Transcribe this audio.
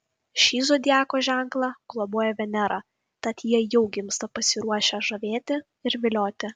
šį zodiako ženklą globoja venera tad jie jau gimsta pasiruošę žavėti ir vilioti